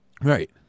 Right